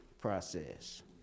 process